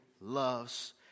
loves